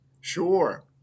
Sure